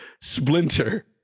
Splinter